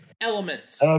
Elements